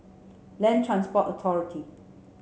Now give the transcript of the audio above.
Land Transport Authority